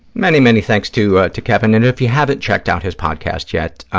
many, many thanks to ah to kevin. and if you haven't checked out his podcast yet,